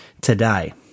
today